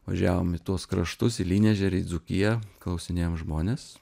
važiavom į tuos kraštus į lynežerį į dzūkiją klausinėjom žmones